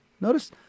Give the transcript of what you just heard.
Notice